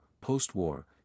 post-war